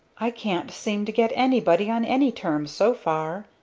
i can't seem to get anybody on any terms, so far.